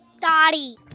Dottie